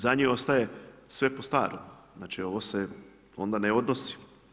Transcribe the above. Za njih ostaje sve po starom, znači ovo se onda ne odnosi?